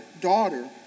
Daughter